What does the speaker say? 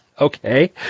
Okay